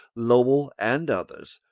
lowell, and others,